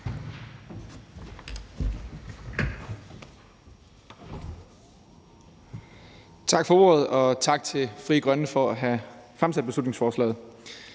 Tak for ordet. Og tak til Frie Grønne for at have fremsat beslutningsforslaget.